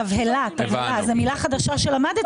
תבהלה; זו מילה חדשה שלמדתי,